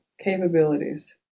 Capabilities